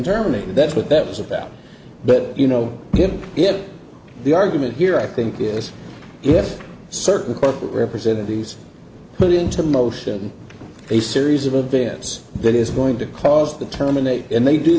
terminated that's what that was about but you know if the argument here i think is you have certain corporate representatives put into motion a series of events that is going to cause the terminate and they do